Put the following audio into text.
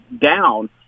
down